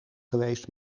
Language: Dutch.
geweest